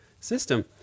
system